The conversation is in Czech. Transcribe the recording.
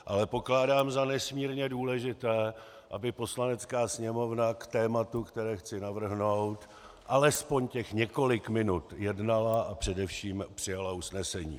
Ale pokládám za nesmírně důležité, aby Poslanecká sněmovna k tématu, které chci navrhnout, alespoň těch několik minut jednala a především přijala usnesení.